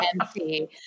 empty